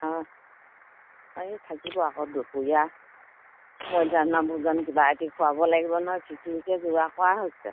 অঁ থাকিব আকৌ দুপৰীয়া মধ্যাহ্ন ভোজন কিবা এটি খোৱাব লাগিব নহয় খিচিৰিকে যোগাৰ কৰা হৈছে